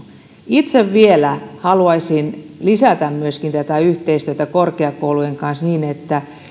itse vielä haluaisin lisätä myöskin yhteistyötä korkeakoulujen kanssa niin että